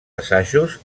assajos